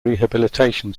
rehabilitation